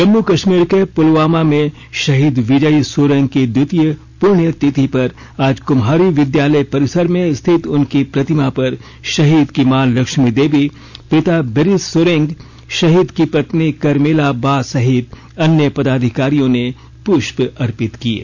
जम्म कश्मीर के पुलवामा में शहीद विजयी सोरेंग की द्वितीय पृण्यतिथि पर आज कम्हारी विद्यालय परिसर में स्थित उनकी प्रतिमा पर शहीद की मां लक्ष्मी देवी पिता बिरिस सोरेंग शहीद की पत्नी कर्मेला बा सहित अन्य पदाधिकारियों ने प्रष्प अर्पित किये